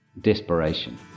desperation